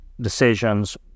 decisions